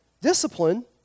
discipline